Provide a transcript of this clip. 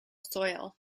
soil